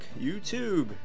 YouTube